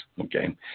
Okay